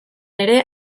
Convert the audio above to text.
ere